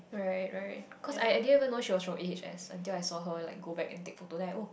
right right cause I didn't even know she was from A_H_S until I saw her like go back and take photo then I like oh